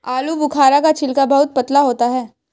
आलूबुखारा का छिलका बहुत पतला होता है